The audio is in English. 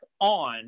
on